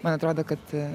man atrodo kad